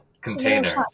container